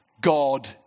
God